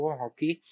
hockey